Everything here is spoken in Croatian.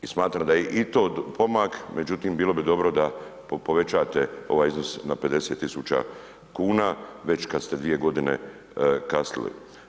I smatram da je i to pomak, međutim bilo bi dobro da povećate ovaj iznos na 50.000 kuna već kad ste 2 godine kasnili.